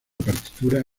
partitura